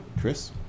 Chris